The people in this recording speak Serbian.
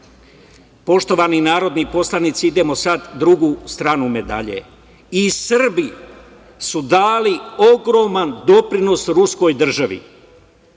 zanemeo. Poštovani narodni poslanici, idemo sad drugu stranu medalje. I Srbi su dali ogroman doprinos ruskoj državi,